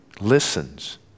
listens